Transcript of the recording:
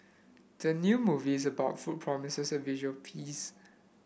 the new movies about food promises a visual feast